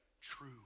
true